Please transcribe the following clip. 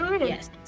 Yes